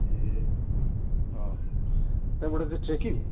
ए अँ त्यहाँबाट चाहिँ ट्रेकिङ